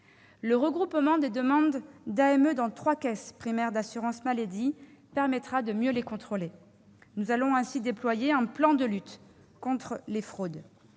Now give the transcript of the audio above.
Le regroupement des demandes d'AME dans trois caisses primaires d'assurance maladie permettra de mieux les contrôler. Nous allons ainsi déployer un plan de lutte contre les fraudes.